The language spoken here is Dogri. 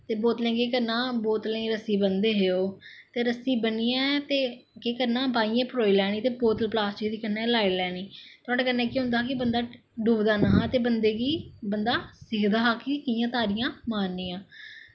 ते बोतलें गी केह् करना बोतलें गी रस्सी बन्नदे हे ओह् रस्सी बन्नियैं ते ओह् केह् करना कि ब्हाइयैं परोई लैनें ते बोतल प्लास्टिक दी कन्नै लाई लैनी ते नोहाड़े कन्नै केह् होंदा हा बंदा डुबदा नेईं हा ते बंदे गी बंदा सिखदा हा कि कि'यां तारियां मारनियां